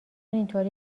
اینطوری